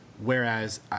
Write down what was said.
whereas